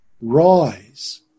Rise